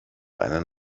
einen